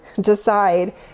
decide